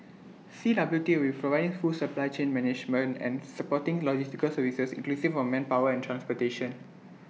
C W T will full supply chain management and supporting logistical services inclusive of manpower and transportation